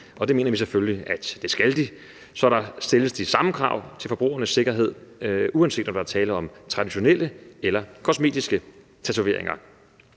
og det mener vi selvfølgelig at de skal, så der stilles de samme krav til forbrugernes sikkerhed, uanset om der er tale om traditionelle eller kosmetiske tatoveringer.